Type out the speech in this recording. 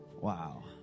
Wow